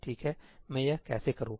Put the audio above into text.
ठीक है मैं यह कैसे करूँ